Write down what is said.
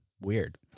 weird